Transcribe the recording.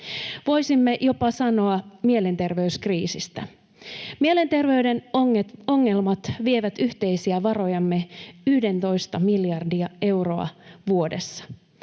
voisimme jopa sanoa: mielenterveyskriisistä. Mielenterveyden ongelmat vievät yhteisiä varojamme 11 miljardia euroa vuodessa.